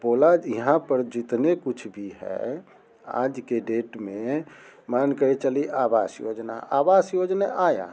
बोला यहाँ पर जितने कुछ भी है आज के डेट में मान के चलिए आवास योजना आवास योजना आया